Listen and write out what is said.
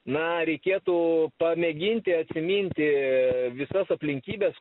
na reikėtų pamėginti atsiminti visas aplinkybes